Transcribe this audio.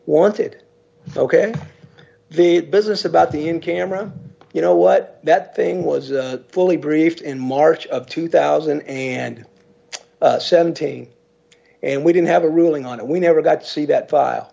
wanted ok the business about the in camera you know what that thing i was fully briefed in march of two thousand and seventeen and we didn't have a ruling on it we never got to see that file